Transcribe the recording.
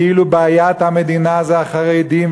כאילו בעיית המדינה זה החרדים,